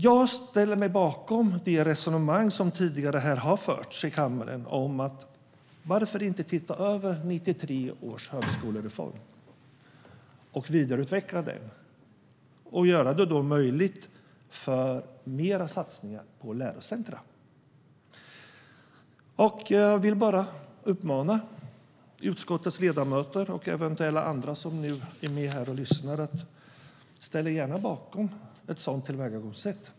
Jag ställer mig bakom resonemanget som tidigare har förts här i kammaren: Varför inte se över och vidareutveckla 1993 års högskolereform och därmed göra det möjligt för mer satsningar på lärocenter? Jag vill bara uppmana utskottets ledamöter och eventuella andra som lyssnar att gärna ställa sig bakom ett sådant tillvägagångssätt.